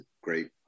great